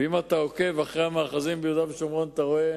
ואם אתה עוקב אחר המאחזים ביהודה ושומרון אתה רואה